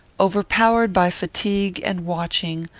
overpowered by fatigue and watching,